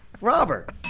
Robert